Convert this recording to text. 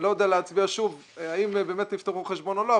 אני לא יודע להצביע האם באמת נפתחו חשבונות או לא,